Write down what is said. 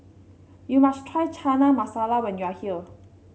you must try Chana Masala when you are here